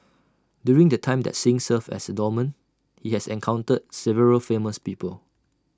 during the time that Singh served as A doorman he has encountered several famous people